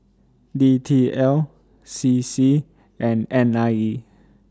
D T L C C and N I E